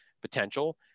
potential